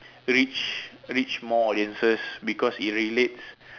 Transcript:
reach reach more audiences because it relates